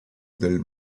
del